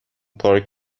پارکی